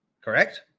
correct